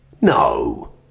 no